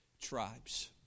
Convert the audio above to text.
tribes